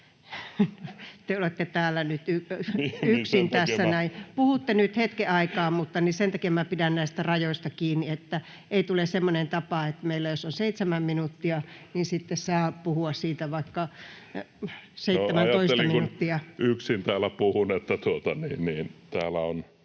Te olette täällä nyt yksin. Puhutte nyt hetken aikaa. Mutta sen takia minä pidän näistä rajoista kiinni, että ei tule semmoinen tapa, että jos meillä on 7 minuuttia, niin sitten saa puhua vaikka 17 minuuttia. Lähetekeskustelua varten esitellään